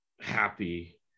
happy